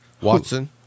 Watson